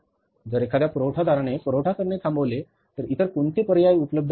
जर एखाद्या पुरवठादाराने पुरवठा करणे थांबवले तर इतर कोणते पर्याय उपलब्ध आहेत